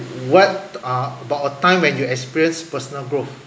what are about a time when you experience personal growth